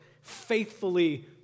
faithfully